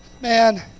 man